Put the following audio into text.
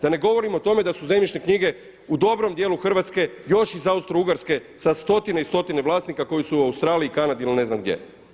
Da ne govorim o tome da su zemljišne knjige u dobrom dijelu Hrvatske još iz Austrougarske sa stotine i stotine vlasnika koji su u Australiji, Kanadi ili ne znam gdje.